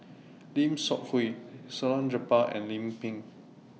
Lim Seok Hui Salleh Japar and Lim Pin